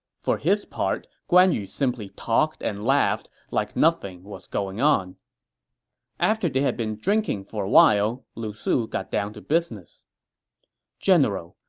for his part, guan yu simply talked and laughed like nothing was going on after they had been drinking for a while, lu su got down to business general,